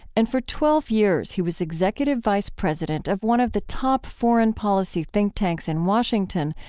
and for twelve years, he was executive vice president of one of the top foreign policy think tanks in washington,